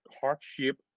hardship